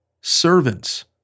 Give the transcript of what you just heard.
Servants